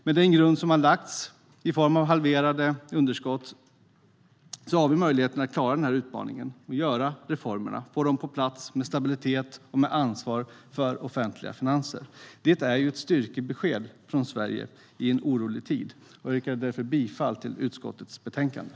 Med den grund som lagts i form av halverade underskott har vi möjligheter att klara utmaningarna, att genomföra reformerna och få dem på plats med stabilitet och ansvar för offentliga finanser. Det är ett styrkebesked från Sverige i en orolig tid. Jag yrkar därför bifall till utskottets förslag i betänkandet.